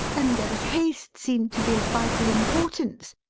and as haste seemed to be of vital importance,